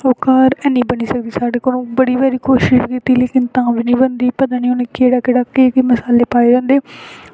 ओह् घर ऐनी बनी सकदी साढ़े कोला बड़ी गै कोशिश कीती पर तां बी निं बनदी ते पता निं केह्ड़ा केह्ड़ा केह् केह् मसाले पाए दे होंदे